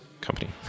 company